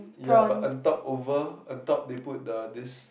ya but I'm talk over a dog they the this